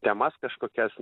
temas kažkokias